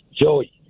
joy